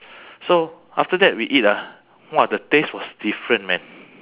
so after that we eat ah !wah! the taste was different man